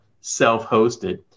self-hosted